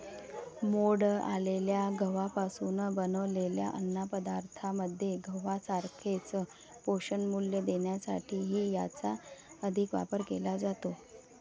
मोड आलेल्या गव्हापासून बनवलेल्या अन्नपदार्थांमध्ये गव्हासारखेच पोषणमूल्य देण्यासाठीही याचा अधिक वापर केला जातो